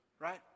right